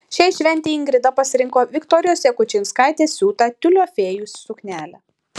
šiai šventei ingrida pasirinko viktorijos jakučinskaitės siūtą tiulio fėjų suknelę